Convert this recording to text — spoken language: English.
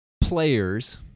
players